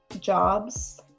jobs